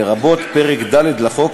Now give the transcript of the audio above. לרבות פרק ד' לחוק,